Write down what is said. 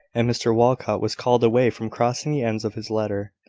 and mr walcot was called away from crossing the ends of his letter.